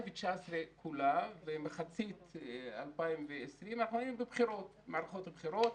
כולה ומחצית 2020 היינו במערכות בחירות.